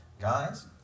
guys